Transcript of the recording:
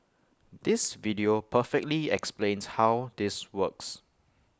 this video perfectly explains how this works